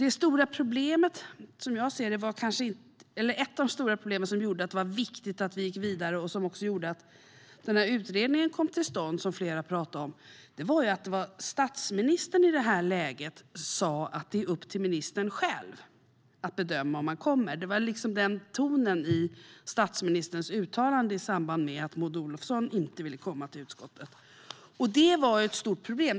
Ett av de stora problemen som gjorde att det var viktigt att vi gick vidare och som även gjorde att den utredning flera här har talat om kom till stånd var ju att statsministern i det läget sa att det är upp till ministern själv att bedöma om man ska komma. Det var liksom tonen i statsministerns uttalande i samband med att Maud Olofsson inte ville komma till utskottet. Det var ett stort problem.